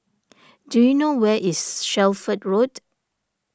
do you know where is Shelford Road